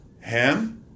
Ham